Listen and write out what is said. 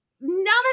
None